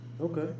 Okay